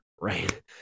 Right